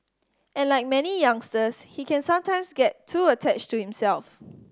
and like many youngsters he can sometimes get too attached to himself